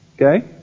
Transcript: Okay